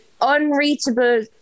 unreachable